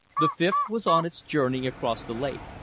the fifth was on its journey across the lake.